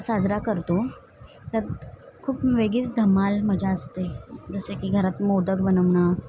साजरा करतो त्यात खूप वेगळीच धमाल मजा असते जसे की घरात मोदक बनवणं